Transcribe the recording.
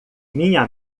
minha